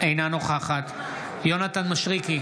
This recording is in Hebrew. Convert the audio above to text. אינה נוכחת יונתן מישרקי,